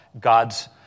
God's